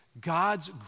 God's